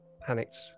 Panicked